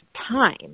time